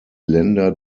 länder